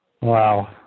Wow